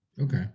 Okay